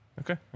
Okay